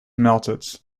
melted